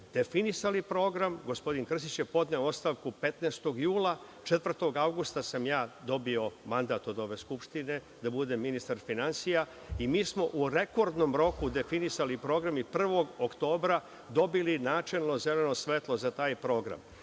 definisali program, gospodin Krstić je podneo ostavku 15. jula, a 4. avgusta sam dobio mandat od ove Skupštine da budem ministar finansija i mi smo u rekordnom roku definisali program i 1. oktobra dobili načelno zeleno svetlo za taj program.